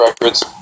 records